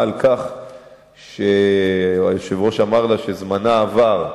על כך שהיושב-ראש אמר לה שזמנה עבר.